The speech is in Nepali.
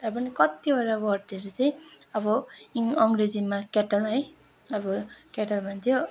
तर पनि कतिवटा वर्डहरू चाहिँ अब इङ अङ्ग्रेजीमा केटल है अब केटल भन्थ्यो